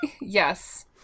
Yes